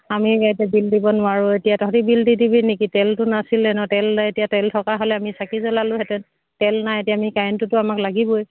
আমি এতিয়া বিল দিব নোৱাৰোঁ এতিয়া তহঁতি বিল দি দিবি নেকি তেলটো নাছিলে ন তেল এতিয়া তেল থকা হ'লে আমি চাকি জ্বলালোঁহেঁতেন তেল নাই এতিয়া আমি কাৰেণ্টতোটো আমাক লাগিবই